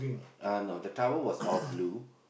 uh no the towel was all blue